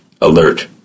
alert